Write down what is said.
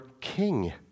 king